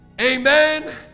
amen